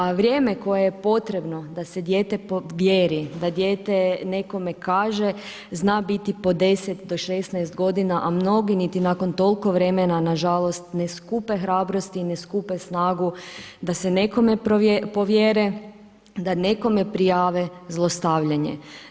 A vrijeme koje je potrebno da se dijete povjeri, da dijete nekome kaže zna biti po 10 do 16 godina, a mnogi niti nakon toliko vremena nažalost ne skupe hrabrosti, ne skupe snagu da se nekome povjere, da nekome prijave zlostavljanje.